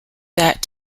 that